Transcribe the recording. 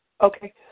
Okay